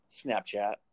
Snapchat